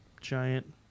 giant